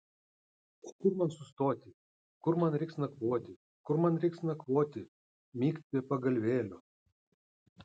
o kur man sustoti kur man reiks nakvoti kur man reiks nakvoti migt be pagalvėlio